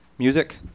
music